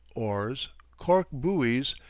oars, cork buoys,